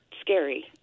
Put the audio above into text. scary